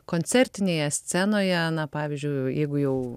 koncertinėje scenoje na pavyzdžiui jeigu jau